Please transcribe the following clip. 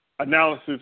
Analysis